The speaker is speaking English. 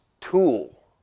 tool